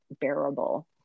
bearable